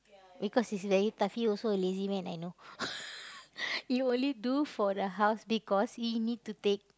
because it's very tough he also lazy man I know he only do for the house because he need to take